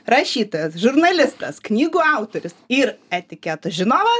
rašytojas žurnalistas knygų autorius ir etiketo žinovas